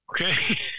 Okay